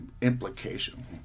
implication